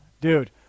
dude